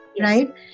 right